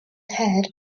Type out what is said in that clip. head